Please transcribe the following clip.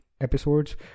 episodes